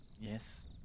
Yes